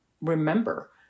remember